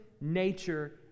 nature